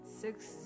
six